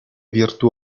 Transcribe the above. virtù